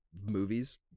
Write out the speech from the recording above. movies